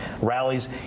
rallies